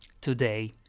today